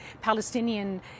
Palestinian